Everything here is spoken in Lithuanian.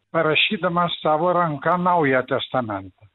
parašydamas savo ranka naują testamentą